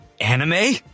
Anime